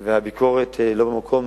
והביקורת לא במקום,